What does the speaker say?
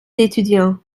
d’étudiants